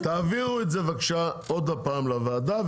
תעבירו את זה בבקשה עוד פעם לוועדה,